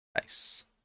Nice